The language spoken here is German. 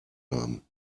haben